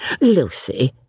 Lucy